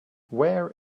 where